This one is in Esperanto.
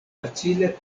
facile